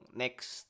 next